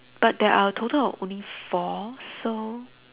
but there are a total of only four so